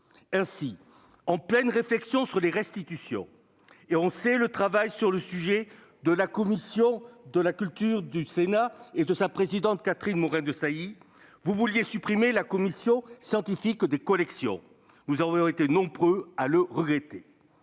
Ainsi, en pleine réflexion sur les restitutions- on sait le travail accompli sur le sujet par la commission de la culture du Sénat et sa présidente, Catherine Morin-Desailly -, vous entendiez supprimer la Commission scientifique nationale des collections. Nous sommes nombreux à le regretter.